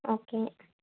okay